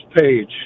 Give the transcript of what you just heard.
Page